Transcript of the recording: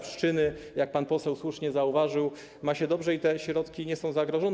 Pszczyny, jak pan poseł słusznie zauważył, ma się dobrze i te środki nie są zagrożone.